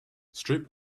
strip